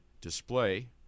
display